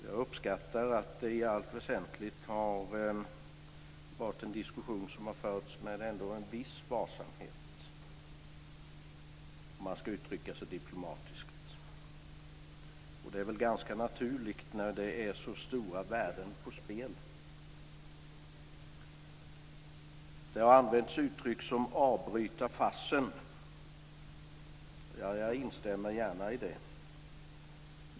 Jag uppskattar att det i allt väsentligt har varit en diskussion som ändå har förts med en viss varsamhet, om man ska uttrycka sig diplomatiskt. Det är väl ganska naturligt när det står så stora värden på spel. Det har använts uttryck som "avbryta farsen". Jag instämmer gärna i det.